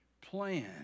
plan